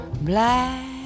Black